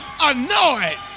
annoyed